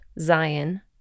Zion